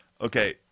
Okay